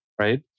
right